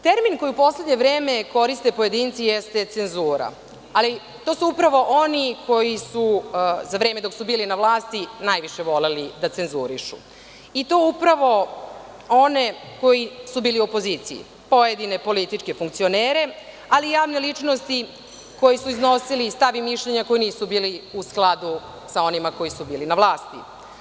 Termin koji u poslednje vreme koriste pojedinci jeste cenzura, ali to su upravo oni koji su za vreme dok su bili na vlasti najviše voleli da cenzurišu, i to upravo one koji su bili u opoziciji, pojedine političke funkcionere, ali javne ličnosti koje su iznosili stav i mišljenja koji nisu bili u skladu sa onima koji su bili na vlasti.